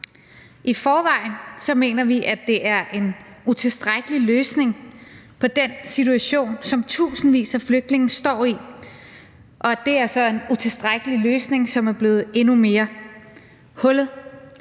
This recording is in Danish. I forvejen mener vi, at det er en utilstrækkelig løsning på den situation, som tusindvis af flygtninge står i, og det er så en utilstrækkelig løsning, som er blevet endnu mere hullet.